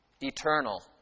eternal